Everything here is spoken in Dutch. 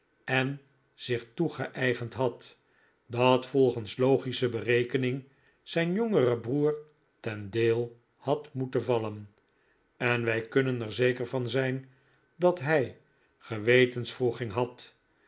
en zich toegeeigend had dat volgens logische berekening zijn jongeren broer ten deel had moeten vallen en wij kunnen er zeker van zijn dat hij gewetenswroeging had